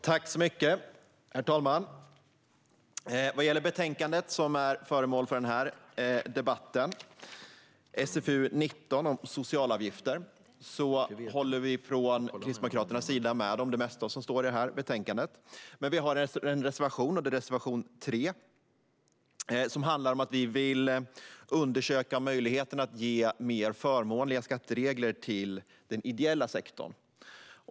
Herr talman! Vad gäller betänkandet som är föremål för den här debatten, SfU19 om socialavgifter, håller vi från Kristdemokraternas sida med om det mesta som står i betänkandet. Men vi har en reservation, och det är reservation 3. Den handlar om att vi vill undersöka möjligheten att ge mer förmånliga skatteregler till den ideella sektorn.